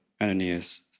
Ananias